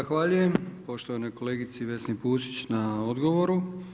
Zahvaljujem poštovanoj kolegici Vesni Pusić na odogovoru.